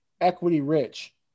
equity-rich